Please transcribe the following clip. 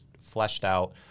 fleshed-out